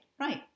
Right